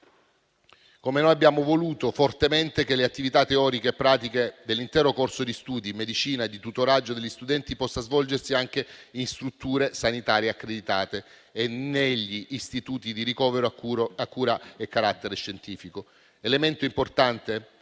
come noi abbiamo voluto fortemente - che le attività teoriche e pratiche dell'intero corso di studi in medicina e di tutoraggio degli studenti possano svolgersi anche in strutture sanitarie accreditate e negli istituti di ricovero e cura e carattere scientifico. Elemento importante